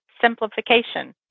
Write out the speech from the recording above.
simplification